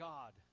God